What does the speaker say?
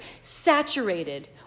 saturated